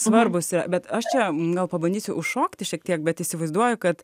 svarbūs yra bet aš čia gal pabandysiu užšokti šiek tiek bet įsivaizduoju kad